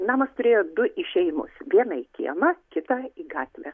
namas turėjo du išėjimus vieną į kiemą kitą į gatvę